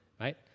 right